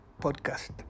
podcast